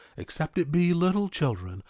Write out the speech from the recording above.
except it be little children,